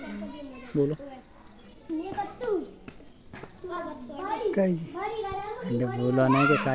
apiology मधुमक्खियों के वैज्ञानिक अध्ययन से संबंधित कीटविज्ञान की शाखा है